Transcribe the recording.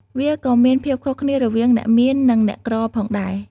វាក៏មានភាពខុសគ្នារវាងអ្នកមាននិងអ្នកក្រផងដែរ។